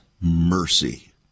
mercy